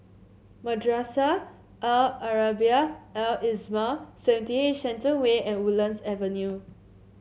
Madrasah Al Arabiah Al Islamiah seventy eight Shenton Way and Woodlands Avenue